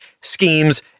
schemes